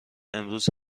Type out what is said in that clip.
امروز